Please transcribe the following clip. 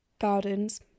gardens